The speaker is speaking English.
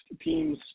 teams